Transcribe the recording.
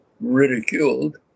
ridiculed